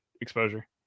exposure